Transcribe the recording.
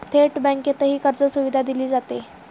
थेट बँकेतही कर्जसुविधा दिली जाते